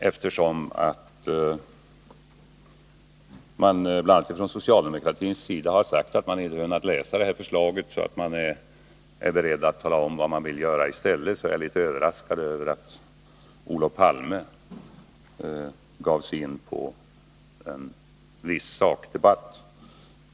Eftersom man bl.a. från socialdemokratins sida sagt att man inte kunnat gå igenom det här förslaget så att man är beredd att tala om vad man vill göra i stället, är jag litet överraskad över att Olof Palme gav sig in på viss sakdebatt.